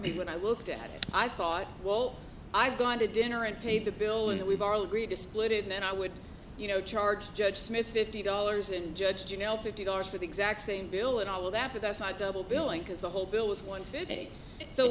me when i looked at it i thought well i've gone to dinner and paid the bill and we've are likely to split it then i would you know charge judge smith fifty dollars and judge you know fifty dollars for the exact same bill and all of that but that's not double billing because the whole bill is one